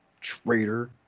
Traitor